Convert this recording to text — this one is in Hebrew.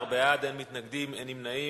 12 בעד, אין מתנגדים, אין נמנעים.